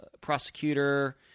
prosecutor